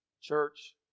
Church